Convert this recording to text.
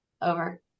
Over